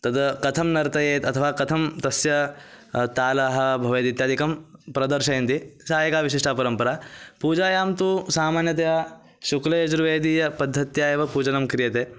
तद् कथं नर्तयेत् अथवा कथं तस्य तालः भवेत् इत्यादिकं प्रदर्शयन्ति चा एका विशिष्टा परम्परा पूजायां तु सामान्यतया शुक्लयजुर्वेदीयपद्धत्या एव पूजनं क्रियते